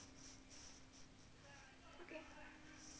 !wah! jessie wait